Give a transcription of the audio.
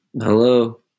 Hello